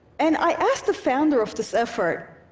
and i asked the founder of this effort,